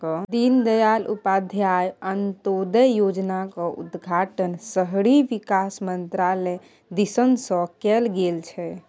दीनदयाल उपाध्याय अंत्योदय योजनाक उद्घाटन शहरी विकास मन्त्रालय दिससँ कैल गेल छल